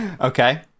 okay